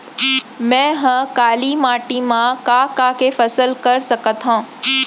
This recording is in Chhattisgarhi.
मै ह काली माटी मा का का के फसल कर सकत हव?